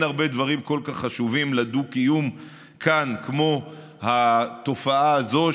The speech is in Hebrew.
ואין הרבה דברים כל כך חשובים לדו-קיום כאן כמו התופעה הזאת,